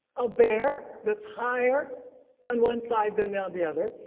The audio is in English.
a bear that's higher on one side than on the other.